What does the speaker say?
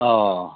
औ